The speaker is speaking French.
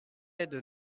aide